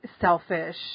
selfish